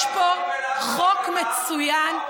יש פה חוק מצוין,